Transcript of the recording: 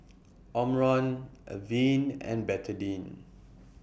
Omron Avene and Betadine